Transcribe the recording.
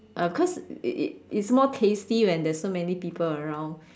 uh because it it it's more tasty when there's so many people around